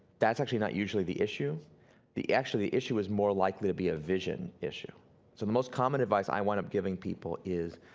that's actually not usually the issue the issue is more likely to be a vision issue. so the most common advice i wind up giving people is,